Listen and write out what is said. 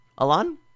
Alan